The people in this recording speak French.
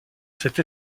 cette